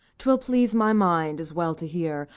twill please my mind as well to hear,